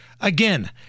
Again